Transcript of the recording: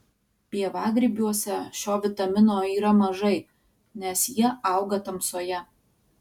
pievagrybiuose šio vitamino yra mažai nes jie auga tamsoje